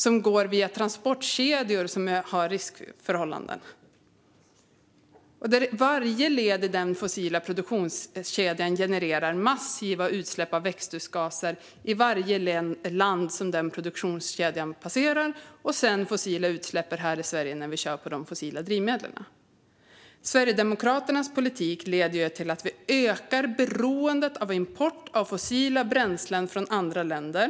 Detta går via transportkedjor som har riskfyllda förhållanden. Varje led i den fossila produktionskedjan genererar massiva utsläpp av växthusgaser i varje land som den passerar, och det blir sedan fossila utsläpp här i Sverige när vi kör på de fossila drivmedlen. Sverigedemokraternas politik leder till att vi ökar beroendet av import av fossila bränslen från andra länder.